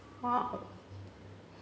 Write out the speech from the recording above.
!wow!